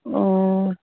অঁ